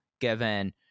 given